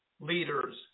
leaders